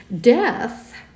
Death